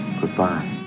Goodbye